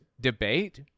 debate